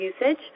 usage